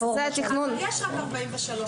ל-105.